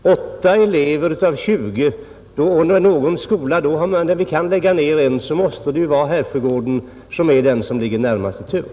Herr talman! Motiveringen är klar. endast 8 elever fanns på 20 platser. När vi har möjlighet att lägga ned en ungdomsvårdsskola måste Härsjögården då vara närmast i tur.